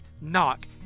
knock